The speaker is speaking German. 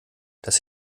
dass